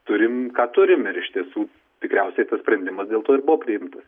turim ką turim ir iš tiesų tikriausiai tas sprendimas dėl to ir buvo priimtas